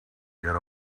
get